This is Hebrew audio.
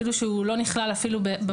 אפילו שהוא לא נכלל במרשם.